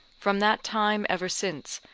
from that time ever since,